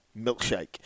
milkshake